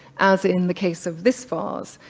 as in the case of this vase.